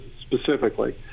specifically